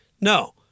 No